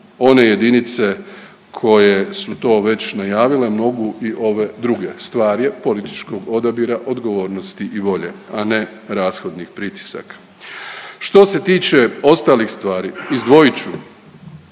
one jedinice koje su to već najavile mogu i ove druge. Stvar je političkog odabira, odgovornosti i volje, a ne rashodnih pritisaka. Što se tiče ostalih stvari, izdvojit ću